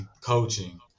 coaching